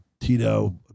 Tito